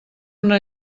una